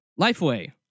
Lifeway